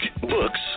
books